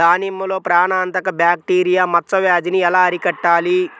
దానిమ్మలో ప్రాణాంతక బ్యాక్టీరియా మచ్చ వ్యాధినీ ఎలా అరికట్టాలి?